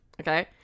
Okay